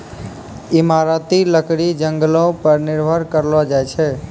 इमारती लकड़ी जंगलो पर निर्भर करलो जाय छै